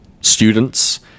students